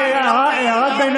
את צבועה ואת מחפשת כיסא,